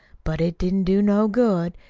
but it didn't do no good.